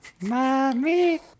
Mommy